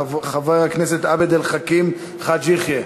חבר הכנסת עבד אל חכים חאג' יחיא,